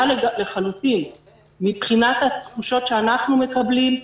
לחלוטין מבחינת התחושות שאנחנו מקבלים.